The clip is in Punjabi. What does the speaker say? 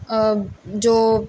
ਜੋ